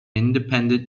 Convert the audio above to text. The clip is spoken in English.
independent